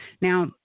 Now